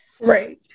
Right